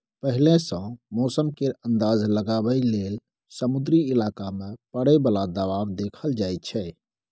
पहिले सँ मौसम केर अंदाज लगाबइ लेल समुद्री इलाका मे परय बला दबाव देखल जाइ छै